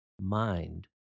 mind